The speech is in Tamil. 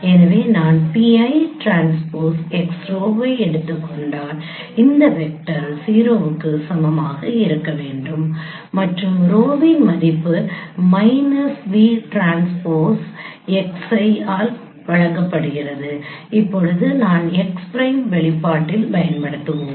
எனவே நான் pi டிரான்ஸ்போஸ் x rho வை எடுத்துக் கொண்டால் இந்த வெக்டர் ௦ க்கு சமமாக இருக்க வேண்டும் மற்றும் rho வின் மதிப்பு minus v v transpose x ஆல் வழங்கப்படுகிறது இப்போது நாம் x பிரைம் வெளிப்பாட்டில் பயன்படுத்துவோம்